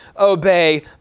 obey